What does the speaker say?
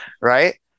Right